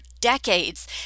decades